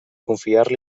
confiar